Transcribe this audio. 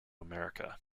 america